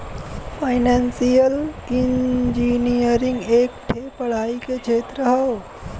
financial engineering एक ठे पढ़ाई के क्षेत्र हौ